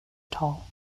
tall